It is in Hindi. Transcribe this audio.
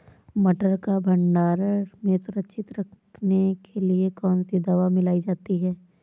मटर को भंडारण में सुरक्षित रखने के लिए कौन सी दवा मिलाई जाती है?